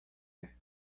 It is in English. air